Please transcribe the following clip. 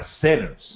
centers